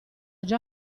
già